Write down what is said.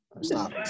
Stop